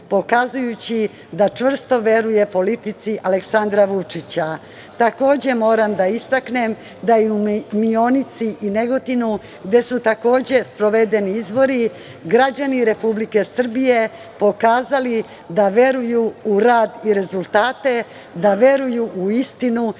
pokazujući da čvrsto veruje politici Aleksandra Vučića. Moram da istaknem i da su u Mionici i Negotinu, gde su takođe sprovedeni izbori, građani Republike Srbije pokazali da veruju u rad i rezultate, da veruju u istinu